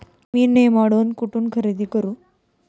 मी nematode कुठून खरेदी करू?